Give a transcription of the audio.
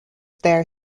there